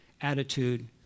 attitude